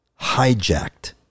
hijacked